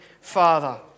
father